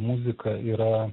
muzika yra